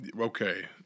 Okay